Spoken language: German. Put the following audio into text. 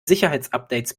sicherheitsupdates